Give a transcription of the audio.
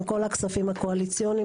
עם כל הכספים הקואליציוניים,